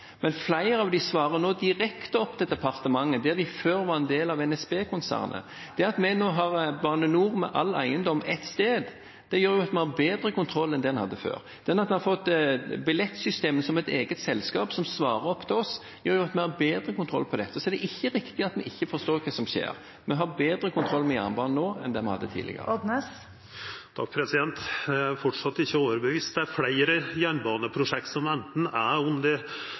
Men flere av dem svarer nå direkte opp til departementet, mens de før var en del av NSB-konsernet. Det at vi nå har Bane-NOR, med all eiendom ett sted, gjør at vi har bedre kontroll enn det en hadde før. Det at en har fått billettsystemet som et eget selskap som svarer opp til oss, gjør at vi har bedre kontroll med dette. Så det er ikke riktig at vi ikke forstår hva som skjer – vi har bedre kontroll med jernbanen nå enn det vi hadde tidligere. Det blir oppfølgingsspørsmål – først Ivar Odnes. Eg er framleis ikkje overtydd. Det er fleire jernbaneprosjekt som enten er